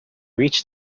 reach